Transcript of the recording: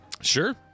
Sure